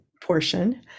portion